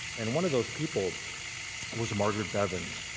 and one of those people was margaret bevans,